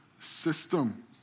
system